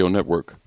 Network